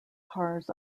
cars